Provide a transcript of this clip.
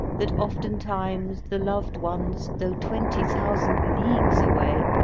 that oftentimes the loved ones, though twenty thousand leagues away,